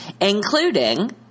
including